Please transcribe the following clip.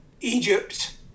Egypt